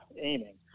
aiming